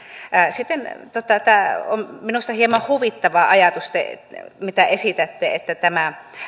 siten tämä on minusta hieman huvittava ajatus mitä esitätte että